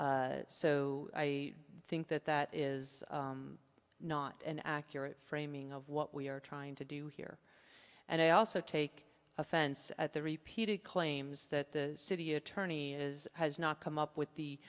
have so i think that that is not an accurate framing of what we are trying to do here and i also take offense at the repeated claims that the city attorney is has not come up with the